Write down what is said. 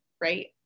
right